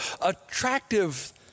attractive